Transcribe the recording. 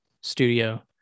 studio